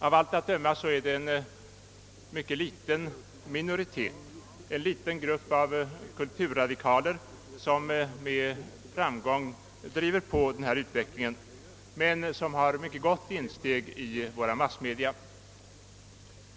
Av allt att döma är det en mycket liten minoritet — en liten grupp kulturradikaler — som här med framgång driver på. Trots sin litenhet har denna grupp mycket stort inflytande i våra massmedia.